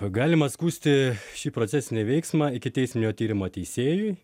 galima skųsti šį procesinį veiksmą ikiteisminio tyrimo teisėjui